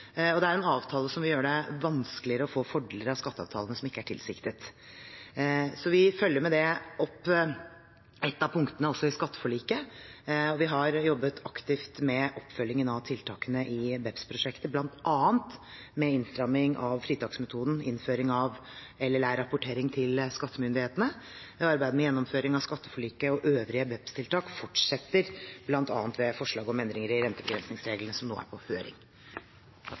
og det er en avtale som vil gjøre det vanskeligere å få fordeler av skatteavtalene som ikke er tilsiktet. Vi følger med det også opp et av punktene i skatteforliket. Vi har jobbet aktivt med oppfølgingen av tiltakene i BEPS-prosjektet, bl.a. med innstramning av fritaksmetoden, innføring av LLR-rapportering til skattemyndighetene. Arbeidet med gjennomføring av skatteforliket og øvrige BEPS-tiltak fortsetter, bl.a. ved forslag om endringer i rentebegrensningsreglene, som nå er på høring.